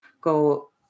go